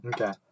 Okay